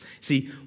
See